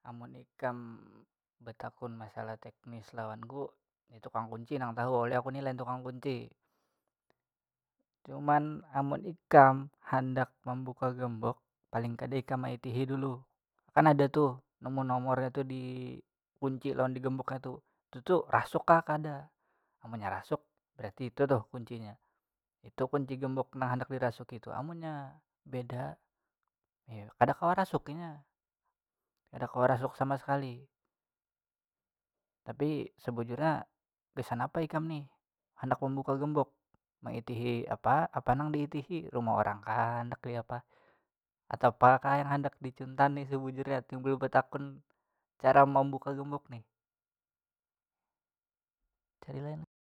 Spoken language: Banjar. amun ikam batakun masalah teknis lawanku nih tukang kunci nang tahu oleh aku ni lain tukang kunci cuman amun ikam handak mambuka gembok paling kada ikam maitihi dulu kan ada tuh nomor nomornya tu di kunci lawan digemboknya tu tu tu rasuk kah kada amunnya rasuk berarti itu tuh kuncinya itu kunci gembok nang handak dirasuki tu amunnya beda ya kada kawa rasuk inya kada kawa rasuk sama sekali tapi sebujurnya gasan apa ikam nih handak mambuka gembok maitihi apa apa nang diitihi rumah orang kah handak di apa atau apa kah yang handak dicuntan nih sebujurnya timbul betakun cara mambuka gembok nih.